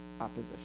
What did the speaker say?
opposition